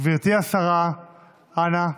גברתי השרה, אנא,